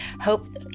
hope